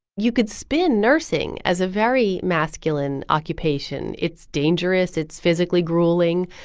you could spin nursing as a very masculine occupation. it's dangerous. it's physically grueling.